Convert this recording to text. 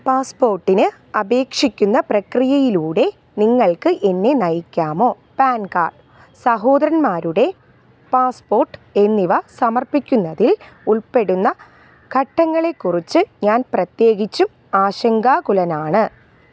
പാസ്പോർട്ടിന് അപേക്ഷിക്കുന്ന പ്രക്രിയയിലൂടെ നിങ്ങൾക്ക് എന്നെ നയിക്കാമോ പാൻ കാർഡ് സഹോദരന്മാരുടെ പാസ്പോർട്ട് എന്നിവ സമർപ്പിക്കുന്നതിൽ ഉൾപ്പെടുന്ന ഘട്ടങ്ങളെക്കുറിച്ച് ഞാൻ പ്രത്യേകിച്ചും ആശങ്കാകുലനാണ്